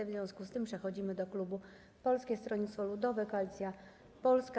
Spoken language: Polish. W związku z tym przechodzimy do klubu Polskie Stronnictwo Ludowe - Koalicja Polska.